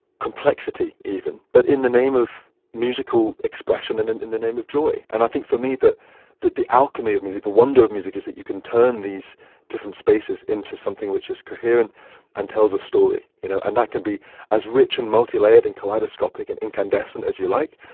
complexity, even, but in the name of musical expression and in in the name of joy. and i think for me, the alchemy of music, the wonder of music is that you can turn these different spaces into something which is coherent and tells a story, you know? and that can be as rich and multilayered and kaleidoscopic and incandescent as you like.